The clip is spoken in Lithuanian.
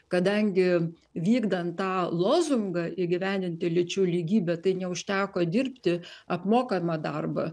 kadangi vykdant tą lozungą įgyvendinti lyčių lygybę tai neužteko dirbti apmokamą darbą